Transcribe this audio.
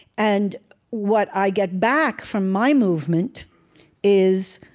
and what i get back from my movement is